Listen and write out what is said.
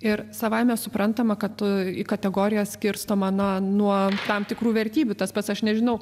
ir savaime suprantama kad į kategorijas skirstoma na nuo tam tikrų vertybių tas pats aš nežinau